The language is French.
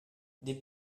des